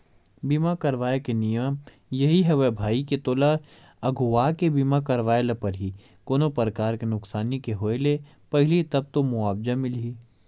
बीमा करवाय के नियम यही हवय भई के तोला अघुवाके बीमा करवाय ल परही कोनो परकार के नुकसानी के होय ले पहिली तब तो मुवाजा मिलही